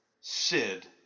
Sid